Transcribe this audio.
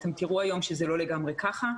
היום תראו שזה לא לגמרי כך.